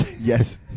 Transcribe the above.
yes